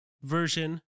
version